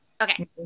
Okay